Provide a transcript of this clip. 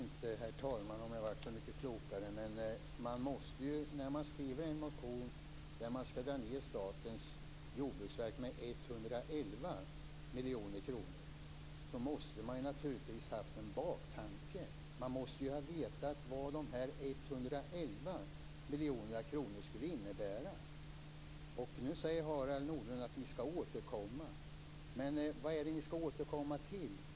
Herr talman! Jag vet inte om jag blev så mycket klokare. Men om man väcker en motion med ett förslag om att dra ned 111 miljoner kronor på anslaget för Statens jordbruksverk måste det naturligtvis finnas en baktanke. Man måste veta vad de 111 miljoner kronorna skall innebära. Nu säger Harald Nordlund att de skall återkomma. Men vad skall ni återkomma till?